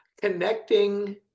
connecting